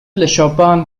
لشوبان